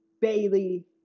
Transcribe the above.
Bailey